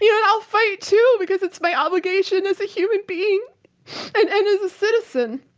you know and i'll fight too because it's my obligation as a human being and and as a citizen.